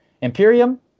imperium